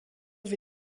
wie